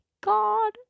god